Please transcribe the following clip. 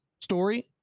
story